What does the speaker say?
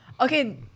Okay